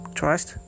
trust